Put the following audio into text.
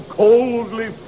coldly